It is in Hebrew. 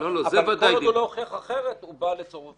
כל עוד הוא לא הוכיח אחרת, הוא בא לצורך זה.